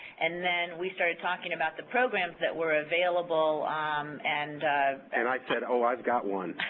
and then we started talking about the programs that were available and and i said, oh, i've got one.